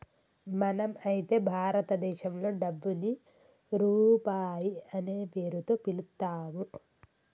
మనం అయితే భారతదేశంలో డబ్బుని రూపాయి అనే పేరుతో పిలుత్తాము